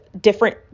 different